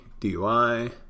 DUI